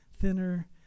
thinner